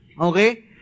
Okay